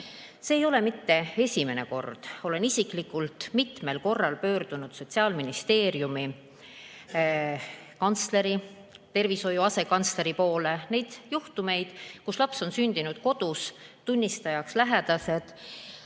ei ole mitte esimene kord. Olen isiklikult mitmel korral pöördunud Sotsiaalministeeriumi tervishoiu asekantsleri poole. Neid juhtumeid, kus laps on sündinud kodus, tunnistajaks lähedased,